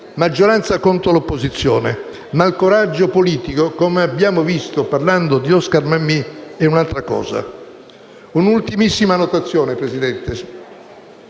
maggioranza contro opposizione, ma il coraggio politico, come abbiamo visto parlando di Oscar Mammì, è un'altra cosa. Signor Presidente,